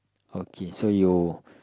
okay so you